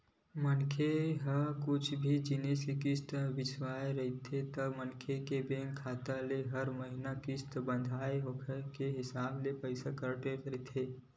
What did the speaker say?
मनखे ह कुछु भी जिनिस किस्ती म बिसाय रहिथे ता मनखे के बेंक के खाता ले हर महिना किस्ती बंधाय के हिसाब ले पइसा ह कटत रहिथे